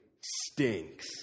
stinks